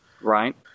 Right